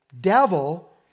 devil